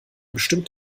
bestimmt